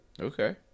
Okay